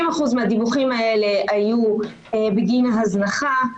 מהדיווחים האלה היו בגין הזנחה,